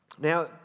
Now